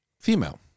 female